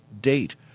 date